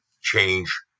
change